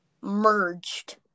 Merged